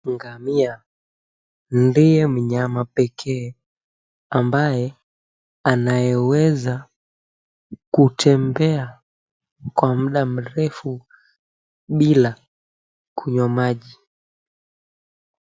Ngamia ndiye mnyama pekee ambaye anayeweza kutembea kwa mda mrefu bila kunywa maji.